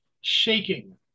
shaking